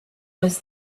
was